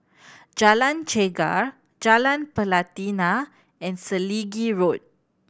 Jalan Chegar Jalan Pelatina and Selegie Road